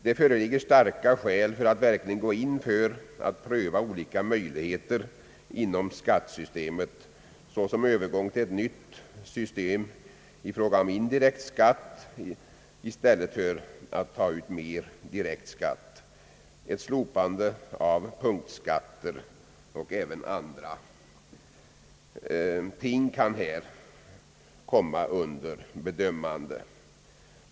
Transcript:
Det föreligger starka skäl för att verkligen gå in för att pröva olika möjligheter inom skatteområdet, såsom Övergång till ett nytt system med indirekta skatter i stället för att ta ut mer i direkt skatt, ett slopande av punktskatter och även andra ting som kan komma under bedömande.